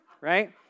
right